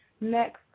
Next